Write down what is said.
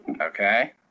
Okay